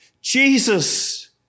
Jesus